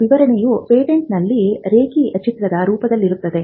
ವಿವರಣೆಯು ಪೇಟೆಂಟ್ನಲ್ಲಿ ರೇಖಾಚಿತ್ರದ ರೂಪದಲ್ಲಿದೆ